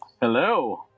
Hello